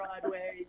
Broadway